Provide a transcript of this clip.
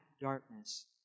darkness